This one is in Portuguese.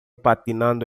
patinando